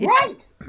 Right